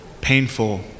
painful